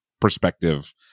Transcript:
perspective